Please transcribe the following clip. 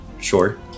Sure